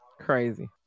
Crazy